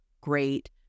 great